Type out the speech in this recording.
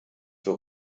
für